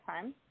time